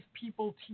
people